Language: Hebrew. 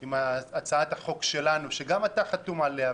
עם הצעת החוק שלנו, שגם אתה חתום עליה.